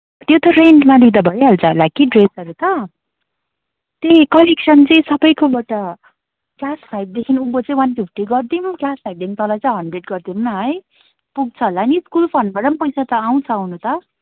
त्यो त रेन्टमा लिँदा भइहाल्छ होला कि ड्रेसहरू त त्यही कलेक्सन चाहिँ सबैकोबाट क्लास फाइभदेखि उँभो चाहिँ वान फिफ्टी गरिदिउँ क्लास फाइभदेखि तल चाहिँ हन्ड्रेड गरिदिउँ न है पुग्छ होला नि स्कुल फन्डबाट पनि पैसा आउँछ आउन त